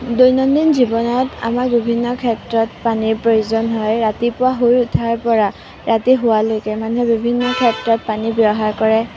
দৈনন্দিন জীৱনত আমাৰ বিভিন্ন ক্ষেত্ৰত পানীৰ প্ৰয়োজন হয় ৰাতিপুৱা শুই উঠাৰ পৰা ৰাতি শোৱালৈকে মানুহে বিভিন্ন ক্ষেত্ৰত পানীৰ ব্য়ৱহাৰ কৰে